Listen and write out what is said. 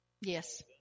Yes